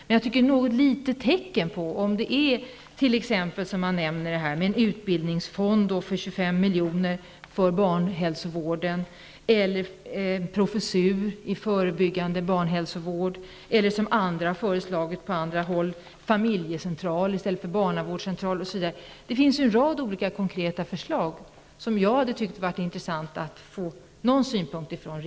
Men det finns en rad konkreta förslag som det hade varit intressant att få någon synpunkt på från regeringen, t.ex. en utbildningsfond på 25 miljoner för barnhälsovården, en professur i förebyggande barnhälsovård eller familjecentraler i stället för barnavårdscentraler.